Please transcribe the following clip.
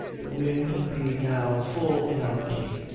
the wind being now full in our teeth,